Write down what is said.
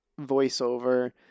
voiceover